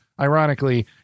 ironically